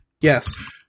Yes